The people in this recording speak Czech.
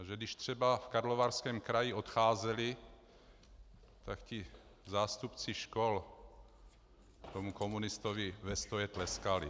A že když třeba v Karlovarském kraji odcházeli, tak ti zástupci škol tomu komunistovi ve stoje tleskali.